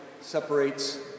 separates